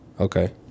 Okay